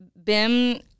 Bim